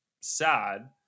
sad